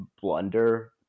blunder